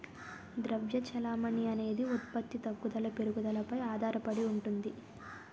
ద్రవ్య చెలామణి అనేది ఉత్పత్తి తగ్గుదల పెరుగుదలపై ఆధారడి ఉంటుంది